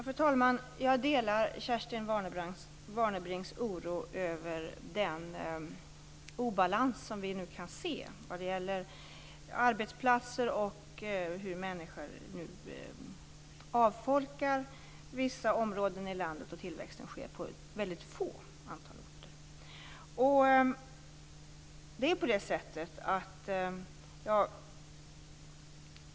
Fru talman! Jag delar Kerstin Warnerbrings oro över den obalans vi nu kan se vad gäller arbetsplatser och hur människor nu avfolkar vissa områden i landet medan tillväxten sker på ett väldigt litet antal orter.